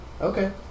Okay